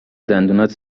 دندونات